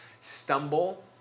stumble